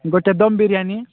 ଗୋଟେ ଦମ୍ ବିରିୟାନୀ